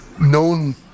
known